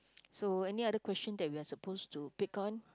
so any other question that we are supposed to pick on